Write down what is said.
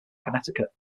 connecticut